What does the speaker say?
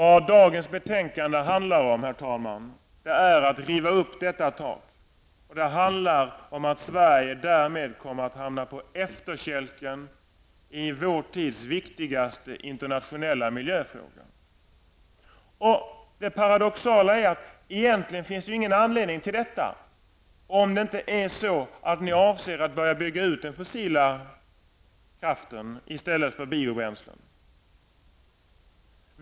Vad dagens betänkande handlar om, herr talman, är att riva upp detta tak. Det handlar om att Sverige därmed kommer att hamna på efterkälken i vår tids viktigaste internationella miljöfråga. Det paradoxala är att det egentligen inte finns någon anledning till detta, om det inte är så att ni avser att bygga ut den fossila kraften i stället för biobränslen.